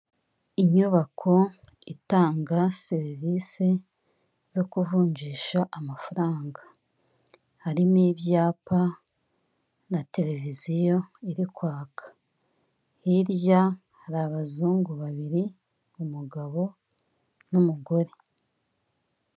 Inyubako itanga serivisi zo kuvunjisha amafaranga, harimo ibyapa na televiziyo iri kwaka, hirya hari abazungu babiri umugabo n'umugore.